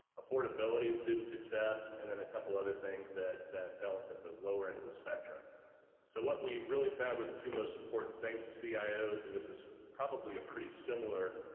affordability, student success and then a couple other things that fell out that the lower end of the spectrum so what we really found were the two most important things to ah cios and this is probably a pretty similar